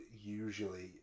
usually